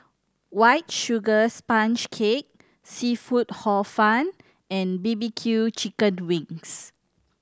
White Sugar Sponge Cake seafood Hor Fun and B B Q chicken wings